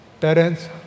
parents